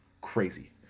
Crazy